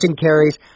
carries